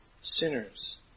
sinners